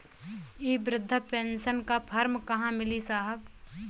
इ बृधा पेनसन का फर्म कहाँ मिली साहब?